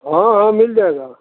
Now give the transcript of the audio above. हाँ हाँ मिल जाएगा